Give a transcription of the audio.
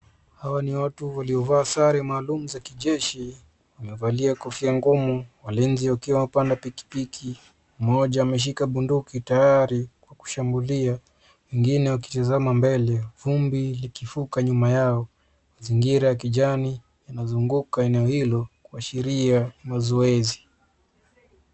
Hawa ni watu waliovaa sare maalumu za kijeshi. Wamevalia kofia ngumu, walinzi wakiwapanda pikipiki. Mmoja ameshika bunduki tayari kwa kushambulia wengine wakitazama mbele, vumbi ikifuka nyuma yao. Mazingira ya kijani yanazunguka eneo hilo kuashiria mazoezi.